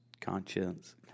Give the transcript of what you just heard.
conscience